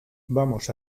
vamos